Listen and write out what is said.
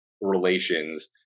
relations